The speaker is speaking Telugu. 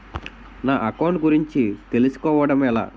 నా అకౌంట్ గురించి తెలుసు కోవడం ఎలా?